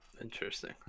Interesting